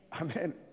Amen